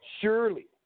surely